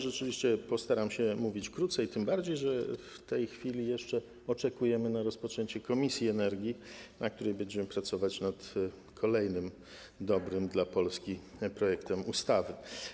Rzeczywiście postaram się mówić krócej, tym bardziej że w tej chwili jeszcze oczekujemy rozpoczęcia posiedzenia komisji do spraw energii, na którym będziemy pracować nad kolejnym dobrym dla Polski projektem ustawy.